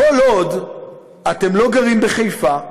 כל עוד אתם לא גרים בחיפה,